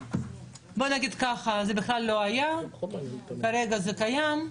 בוא נגיד כך שזה בכלל לא היה, כרגע זה קיים,